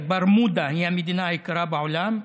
ברמודה היא המדינה היקרה בעולם,